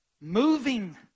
Moving